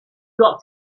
got